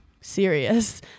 serious